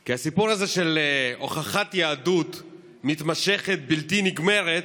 כי הסיפור הזה של הוכחת יהדות מתמשכת, בלתי נגמרת,